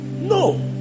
No